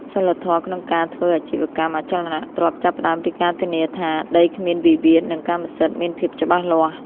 សីលធម៌ក្នុងការធ្វើអាជីវកម្មអចលនទ្រព្យ ចាប់ផ្ដើមពីការធានាថា "ដីគ្មានវិវាទ និងកម្មសិទ្ធិមានភាពច្បាស់លាស់"។